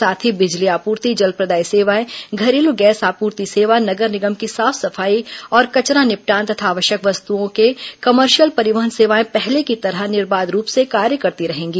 साथ ही बिजली आपूर्ति जल प्रदाय सेवाएं घरेलू गैस आपूर्ति सेवा नगर निगम की साफ सफाई और कचरा निपटान तथा आवश्यक वस्तओं के कमर्शियल परिवहन सेवाए पहले की तरह निबाध रूप से कार्य करती रहेंगी